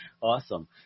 Awesome